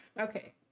okay